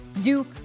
duke